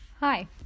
Hi